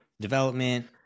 development